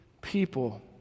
people